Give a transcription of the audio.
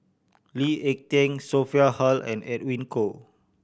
Lee Ek Tieng Sophia Hull and Edwin Koo